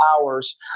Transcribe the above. hours